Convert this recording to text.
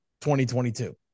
2022